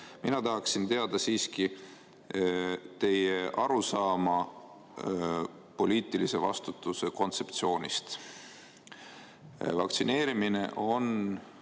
Mina tahaksin teada siiski teie arusaama poliitilise vastutuse kontseptsioonist. Vaktsineerimine on